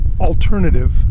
alternative